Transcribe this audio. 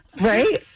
Right